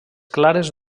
clares